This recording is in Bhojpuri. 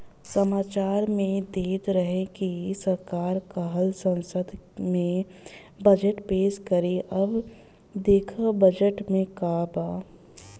सामाचार में देत रहे की सरकार काल्ह संसद में बजट पेस करी अब देखऽ बजट में का बा